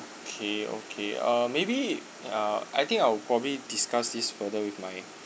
okay okay uh maybe uh I think I would probably discuss this further with my